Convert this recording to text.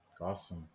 Awesome